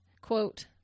Quote